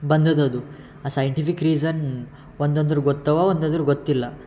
ಬಂದಿದ್ ಅದು ಆ ಸೈಂಟಿಫಿಕ್ ರೀಸನ್ ಒಂದೊಂದು ಗೊತ್ತಿವೆ ಒಂದೊಂದು ಗೊತ್ತಿಲ್ಲ